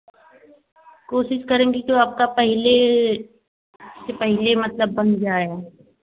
कोशिश करेंगे तो आपका पहिले से पहले मतलब बन जाए